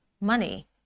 money